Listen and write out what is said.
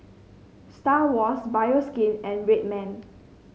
Star Awards Bioskin and Red Man